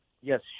Yes